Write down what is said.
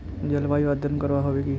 जलवायु अध्यन करवा होबे बे?